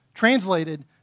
Translated